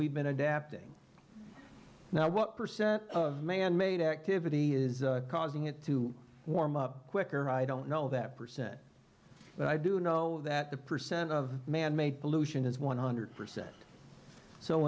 we've been adapting now what percent of manmade activity is causing it to warm up quicker i don't know that percent but i do know that the percent of manmade pollution is one hundred percent so